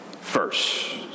first